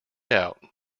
out